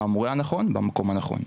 מהמורה הנכון ובמקום הנכון,